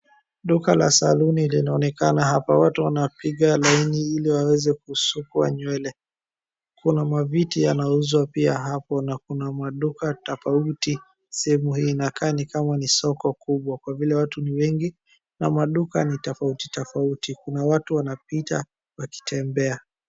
Duka la saluni linaonekana hapa. Watu wanapiga laini ili waweze kusukwa nywele. Kuna maviti yanauzwa pia hapo na kuna maduka tofauti sehemu hii. Inakaa nikama ni soko kubwa kwa vile watu ni wengi na maduka ni tofauti tofauti. Kuna watu wanapita wakitembea.